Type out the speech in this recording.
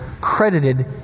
credited